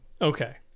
Okay